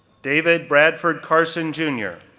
david bradford carson, jr,